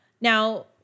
now